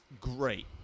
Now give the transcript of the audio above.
great